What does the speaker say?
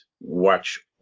watch